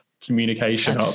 communication